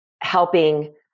helping